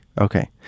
Okay